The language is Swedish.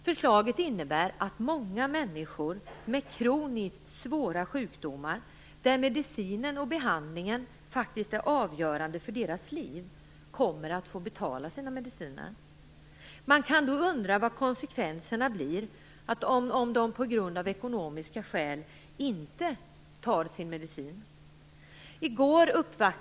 Förslaget innebär att många människor med kroniskt svåra sjukdomar, där medicinen och behandlingen faktiskt är avgörande för deras liv, kommer att få betala sina mediciner. Man kan då undra vad konsekvenserna blir om de på grund av ekonomiska skäl inte tar sin medicin.